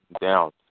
down